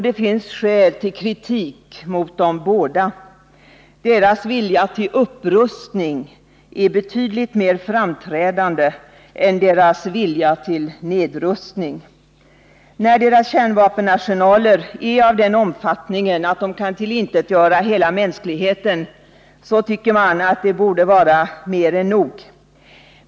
Det finns skäl till kritik mot dem båda. Deras vilja till upprustning är betydligt mer framträdande än deras vilja till nedrustning. När deras kärnvapenarsenaler är av den omfattningen att de kan tillintetgöra hela mänskligheten, så tycker man att det borde vara mer än nog.